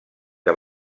que